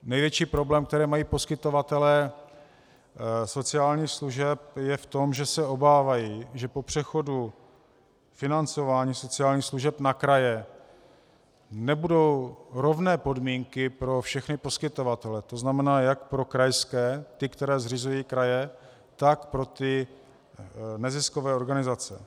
Největší problém, který mají poskytovatelé sociálních služeb, je v tom, že se obávají, že po přechodu financování sociálních služeb na kraje nebudou rovné podmínky pro všechny poskytovatele, tzn. jak pro krajské, ty které zřizují kraje, tak pro ty neziskové organizace.